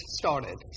started